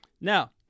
now